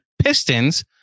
Pistons